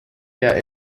der